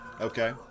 Okay